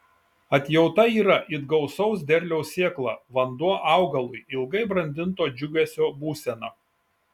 atjauta yra it gausaus derliaus sėkla vanduo augalui ilgai brandinto džiugesio būsena